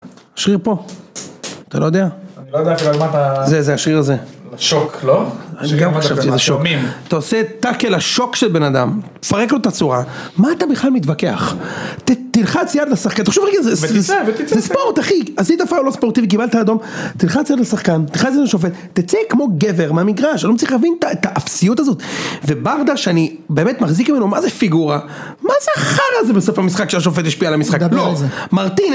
השריר פה, אתה לא יודע? אני לא יודע בכלל מה אתה... זה, זה השריר. השוק, לא? אני גם חשבתי שזה שוק. אתה עושה תקל השוק של בן אדם, מפרק לו את הצורה. מה אתה בכלל מתווכח? תלחץ יד לשחקן, תחשוב רגע זה ספורט אחי! עשית פאול לא ספורטיבי, קיבלת אדום תלחץ יד לשחקן, תלחץ יד לשופט, תצא כמו גבר מה המגרש, אני לא מצליחה להבין את האפסיות הזאת וברדה שאני באמת מחזיק ממנו מזה פיגורה. מה זה החרא הזה בסוף המשחק שהשופט השפיע על המשחק? לא, מרטינז...